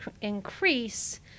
increase